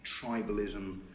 tribalism